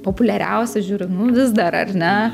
populiariausia žiūriu nu vis dar ar ne